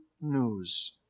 news